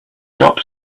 job